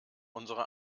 unsere